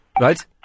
Right